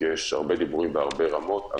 כי יש הרבה דיבורים בהרבה רמות.